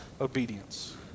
obedience